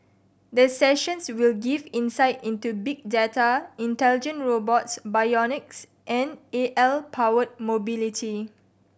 the sessions will give insight into big data intelligent robots bionics and A I powered mobility